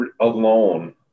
alone